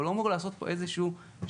אבל הוא אמור לעשות פה איזשהו שיפור.